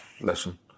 Listen